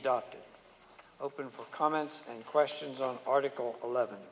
adopted open for comments and questions on article eleven